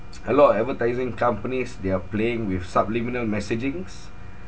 a lot of advertising companies they are playing with subliminal messagings